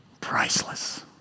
priceless